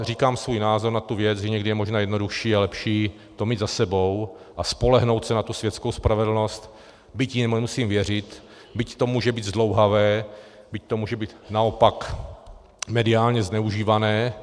Říkám svůj názor na tu věc, že někdy je možná jednodušší a lepší to mít za sebou a spolehnout se na tu světskou spravedlnost, byť jim nemusím věřit, byť to může být zdlouhavé, byť to může být naopak mediálně zneužívané.